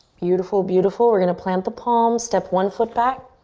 beautiful, beautiful. we're gonna plant the palms, step one foot back.